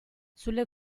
sulle